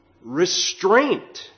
restraint